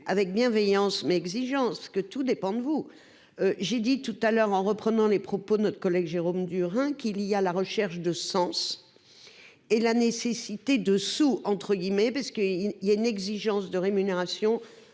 avec bienveillance mais exigence que tout dépend de vous. J'ai dit tout à l'heure en reprenant les propos de notre collègue Jérôme Durain qu'il y a la recherche de sens. Et la nécessité de sous entre guillemets parce qu'il y a une exigence de rémunération